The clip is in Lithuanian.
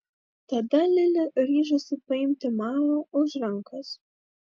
tada lili ryžosi paimti mao už rankos